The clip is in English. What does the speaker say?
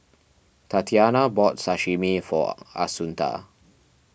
Tatiana bought Sashimi for Assunta